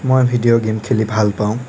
মই video game খেলি ভাল পাঁও